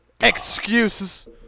excuses